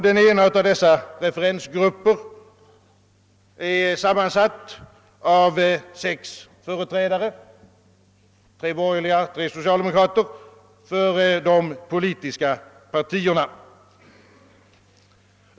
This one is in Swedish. Den ena av dessa är sammansatt av sex företrädare för de politiska partierna, tre borgerliga och tre socialdemokrater.